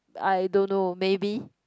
I don't know maybe